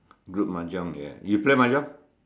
group Mahjong ya you play Mahjong